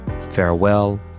farewell